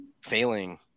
failing